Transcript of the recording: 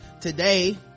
today